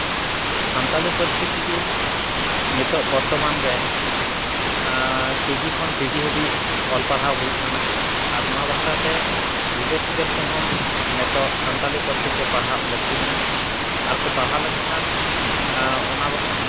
ᱥᱟᱱᱛᱟᱞᱤ ᱯᱟᱹᱨᱥᱤ ᱛᱮᱜᱮ ᱱᱤᱛᱚᱜ ᱵᱚᱨᱛᱚᱢᱟᱱ ᱨᱮ ᱠᱮᱡᱤ ᱠᱷᱚᱱ ᱯᱤᱡᱤ ᱦᱟᱹᱵᱤᱡ ᱚᱞ ᱯᱟᱲᱦᱟᱣ ᱦᱩᱭᱩᱜ ᱠᱟᱱᱟ ᱟᱨ ᱱᱚᱣᱟ ᱵᱟᱠᱷᱨᱟ ᱛᱮ ᱜᱤᱫᱟᱹᱨ ᱯᱤᱫᱟᱹᱨ ᱠᱚᱦᱚᱸ ᱱᱤᱛᱚᱜ ᱥᱟᱱᱛᱟᱞᱤ ᱯᱟᱹᱨᱥᱤᱛᱮ ᱯᱟᱲᱦᱟᱜ ᱞᱟᱹᱠᱛᱤ ᱢᱮᱱᱟᱜᱼᱟ ᱟᱨ ᱠᱚ ᱯᱟᱲᱦᱟᱣ ᱞᱮᱱᱠᱷᱟᱱ ᱚᱱᱟ